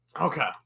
Okay